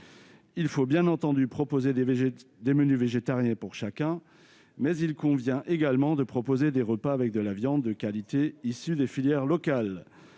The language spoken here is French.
Il faut bien évidemment proposer des menus végétariens, mais il convient également d'offrir des repas avec de la viande de qualité issue des filières locales.